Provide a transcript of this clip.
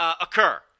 occur